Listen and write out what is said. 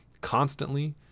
constantly